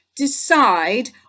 Decide